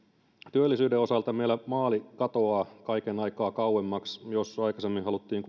työllisyyden osalta meillä maali katoaa kaiken aikaa kauemmaksi jos aikaisemmin haluttiin